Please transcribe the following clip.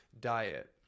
diet